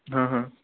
হাঁ হাঁ